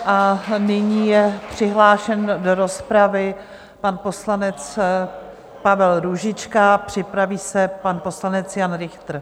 A nyní je přihlášen do rozpravy pan poslanec Pavel Růžička, připraví se pan poslanec Jan Richter.